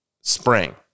spring